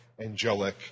angelic